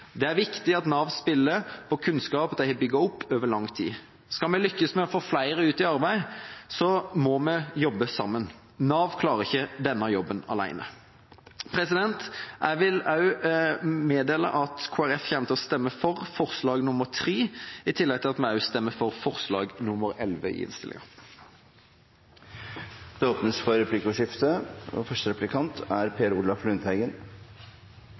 Det er viktig at Nav spiller på kunnskapen de har bygd opp over lang tid. Skal vi lykkes med å få flere ut i arbeid, må vi jobbe sammen. Nav klarer ikke denne jobben alene. Jeg vil meddele at Kristelig Folkeparti vil stemme for forslag nr. 3, i tillegg til at vi også stemmer for forslag nr. 11 i innstillinga. Det blir replikkordskifte.